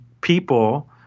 people